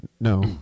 No